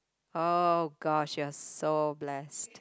oh gosh you're so blessed